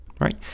Right